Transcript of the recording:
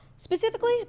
Specifically